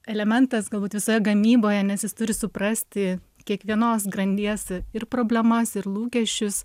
elementas galbūt visoje gamyboje nes jis turi suprasti kiekvienos grandies ir problemas ir lūkesčius